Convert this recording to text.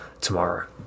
tomorrow